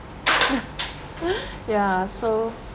ya so